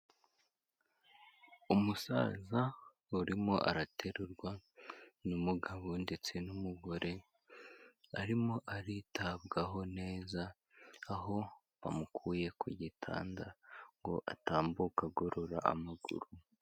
Umusaza urimo araterurwa n'umugabo ndetse n'umugore, arimo aritabwaho neza aho bamukuye ku gitanda ngo atambuke agorora amaguru.